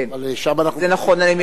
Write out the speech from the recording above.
אבל שם אנחנו, זה נכון.